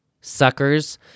suckers